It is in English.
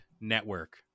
network